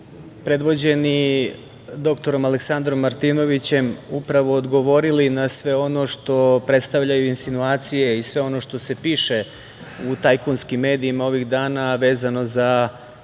predvođeni dr Aleksandrom Martinovićem upravo odgovorili na sve ono što predstavljaju insinuacije i sve ono što se piše u tajkunskim medijima ovih dana, a vezano za